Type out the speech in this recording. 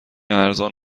ارزان